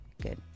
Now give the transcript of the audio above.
good